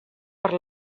per